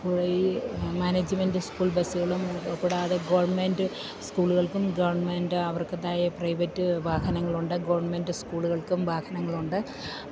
അപ്പോൾ ഈ management school ബസ്സുകളും കൂടാതെ ഗവൺമെൻ്റ് സ്കൂളുകൾക്കും ഗവൺമെൻ്റ് അവർക്കതായ പ്രൈവറ്റ് വാഹനങ്ങളുണ്ട് ഗവൺമെൻ്റ് സ്കൂളുകൾക്കും വാഹനങ്ങളുണ്ട്